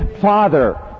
Father